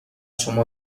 شما